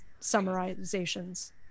summarizations